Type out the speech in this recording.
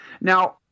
Now